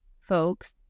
folks